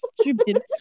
stupid